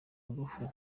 uruhu